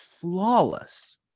flawless